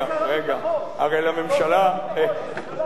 הרי לממשלה, או שר הביטחון, לא לא לא.